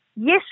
Yes